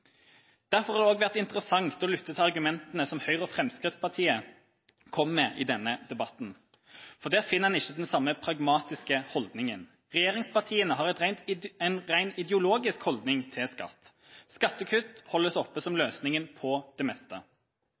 Derfor har det også vært interessant å lytte til argumentene som Høyre og Fremskrittspartiet kom med i denne debatten, for der finner man ikke den samme pragmatiske holdninga. Regjeringspartiene har en rent ideologisk holdning til skatt. Skattekutt holdes opp som løsninga på det meste.